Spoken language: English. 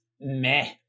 meh